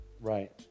Right